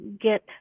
get